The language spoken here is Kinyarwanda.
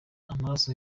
amaraso